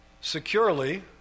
securely